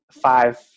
five